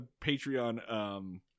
Patreon